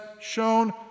shown